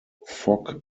fock